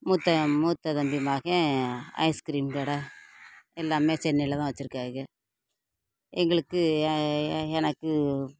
மூத்த மூத்த தம்பி மகன் ஐஸ்க்ரீம் கடை எல்லாம் சென்னையில் தான் வச்சுருக்காக எங்களுக்கு எனக்கு